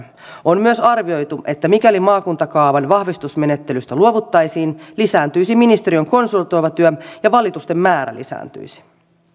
on myös arvioitu että mikäli maakuntakaavan vahvistusmenettelystä luovuttaisiin lisääntyisi ministeriön konsultoiva työ ja valitusten määrä lisääntyisi